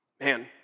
Man